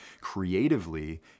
creatively